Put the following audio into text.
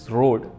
road